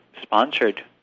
sponsored